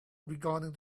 regarding